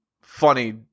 funny